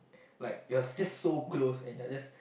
like you're just so close and you're just